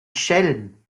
schelm